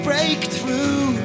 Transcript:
breakthrough